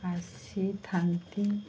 ଆସିଥାନ୍ତି